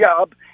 job